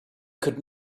could